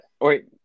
Wait